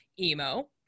emo